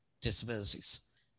disabilities